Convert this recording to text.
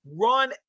run